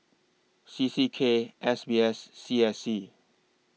C C K S B S C S C